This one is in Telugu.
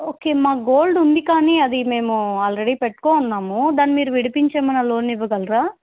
ఓకే మాకు గోల్డ్ ఉంది కానీ అది మేము ఆల్రెడీ పెట్టుకున్నాము దాన్ని మీరు విడిపించమని లోన్ ఇవ్వగలరా